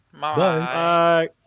Bye